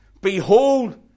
Behold